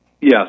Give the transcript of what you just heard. Yes